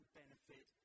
benefit